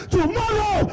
tomorrow